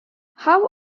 how